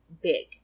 big